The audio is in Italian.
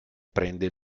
prende